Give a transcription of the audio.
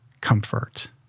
comfort